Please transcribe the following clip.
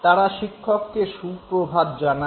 তারা শিক্ষককে সুপ্রভাত জানাল